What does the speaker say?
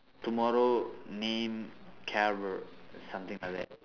tomorrow name something like that